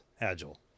agile